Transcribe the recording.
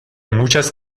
muchas